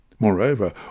Moreover